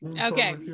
Okay